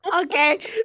okay